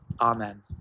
Amen